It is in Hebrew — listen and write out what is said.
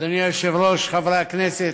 אדוני היושב-ראש, חברי הכנסת,